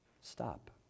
stop